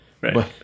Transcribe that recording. Right